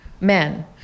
men